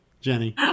Jenny